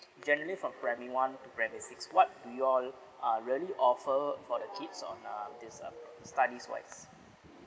generally from primary one to primary six what you all uh really offer for the kids on err this uh studies wise